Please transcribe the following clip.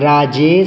राजेशः